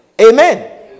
Amen